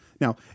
Now